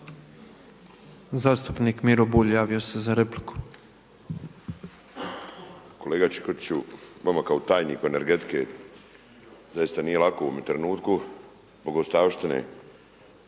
Zastupnik Miro Bulj javio se za repliku.